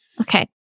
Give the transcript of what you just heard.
Okay